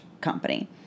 company